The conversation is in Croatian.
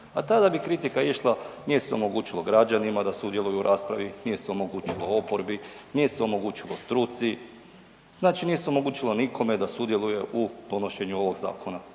a tada bi kritika išla nije se omogućilo građanima da sudjeluju u raspravi, nije se omogućilo oporbi, nije se omogućilo struci, znači nije se omogućilo nikome da sudjeluje u donošenju ovog zakona.